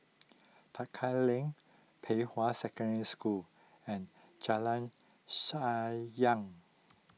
Tekka Lane Pei Hwa Secondary School and Jalan Sayang